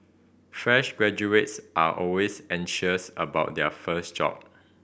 fresh graduates are always anxious about their first job